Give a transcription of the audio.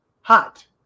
Hot